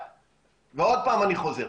עוד פעם אני חוזר.